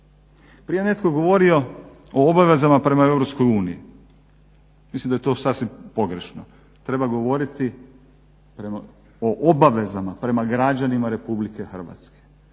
Prije je netko govorio o obavezama prema EU. Mislim da je to sasvim pogrešno. Treba govoriti o obavezama prema građanima RH.